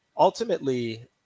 Ultimately